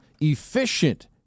efficient